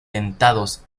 dentados